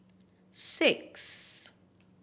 six